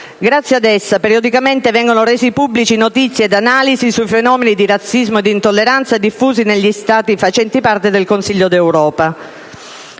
Grazie ad essa periodicamente vengono rese pubbliche notizie ed analisi sui fenomeni di razzismo e di intolleranza diffusi negli Stati facenti parte del Consiglio d'Europa.